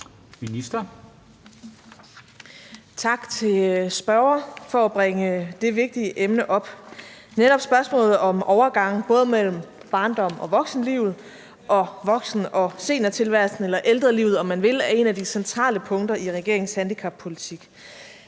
Tak til spørgeren for at bringe det vigtige emne op. Netop spørgsmålet om overgange, både mellem barndom og voksenlivet og voksen- og seniortilværelsen, eller ældrelivet, om man vil, er et af de centrale punkter i regeringens handicappolitik.